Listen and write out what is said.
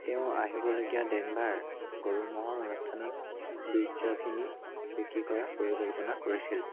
তেওঁ আহিবলগীয়া ডেনভাৰ গৰু ম'হৰ অনুষ্ঠানত বীৰ্যখিনি বিক্ৰী কৰাৰ পৰিকল্পনা কৰিছিল